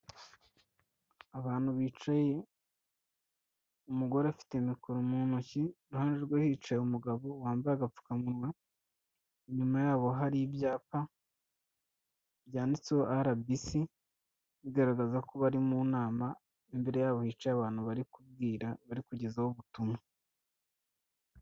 Abantu bicaye, umugore afite mikoro mu ntoki, iruhande rwe hicaye umugabo wambaye agapfukamunwa, inyuma yabo hari ibyapa byanditseho arabisi bigaragaza ko bari mu nama, imbere yabo hiyicaye abantu bari kubwira, bari kugezaho ubutumwa.